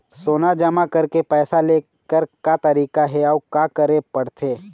सोना जमा करके पैसा लेकर का तरीका हे अउ का करे पड़थे?